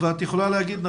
ואת יכולה להגיד,